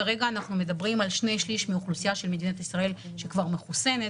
כרגע אנחנו מדברים על שני שליש מהאוכלוסייה של מדינת ישראל שכבר מחוסנת,